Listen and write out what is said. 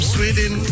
Sweden